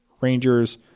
Rangers